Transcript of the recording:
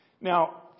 Now